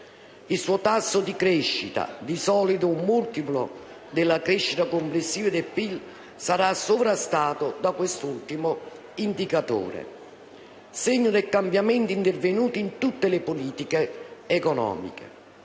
Il suo tasso di crescita, di solito un multiplo della crescita complessiva del PIL, sarà sovrastato da quest'ultimo indicatore, segno del cambiamento intervenuto in tutte le politiche economiche,